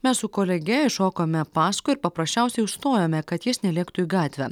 mes su kolege iššokome paskui ir paprasčiausiai užstojome kad jis nelėktų į gatvę